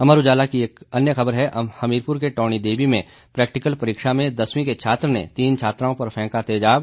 अमर उजाला की एक अन्य ख़बर है हमीरपुर के टौणी देवी में प्रैक्टिकल परीक्षा में दसवीं के छात्र ने तीन छात्राओं पर फेंका तेजाब